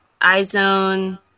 IZone